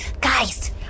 guys